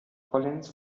collins